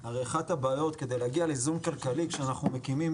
על אחת הבעיות כדי להגיע לאיזון כלכלי כשאנחנו מקימים